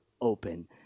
open